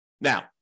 Now